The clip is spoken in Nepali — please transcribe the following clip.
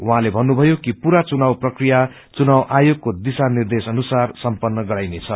उशैंले भन्नुषयो कि पूरा चुनाव प्रकिया चुनाव आयोगको दिशा निर्देश अनुसार सम्पन्न गराइनेछ